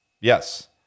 Yes